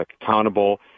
accountable